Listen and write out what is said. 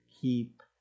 Keep